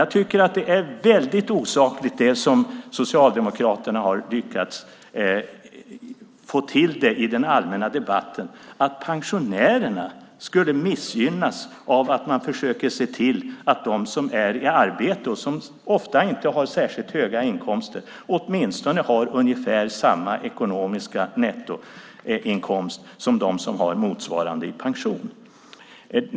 Jag tycker att det är väldigt osakligt det som Socialdemokraterna har lyckats få till i den allmänna debatten, att pensionärerna skulle missgynnas av att man försöker se till att de som är i arbete och som ofta inte har särskilt höga inkomster åtminstone har ungefär samma ekonomiska nettoinkomst som de som har motsvarande i pension.